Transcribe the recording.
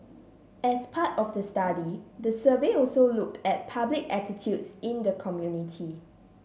as part of the study the survey also looked at public attitudes in the community